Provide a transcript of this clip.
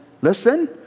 listen